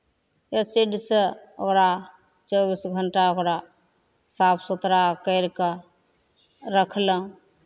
एसिडसँ ओकरा चौबीस घंटा ओकरा साफ सुथरा करि कऽ रखलहुँ